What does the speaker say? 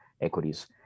equities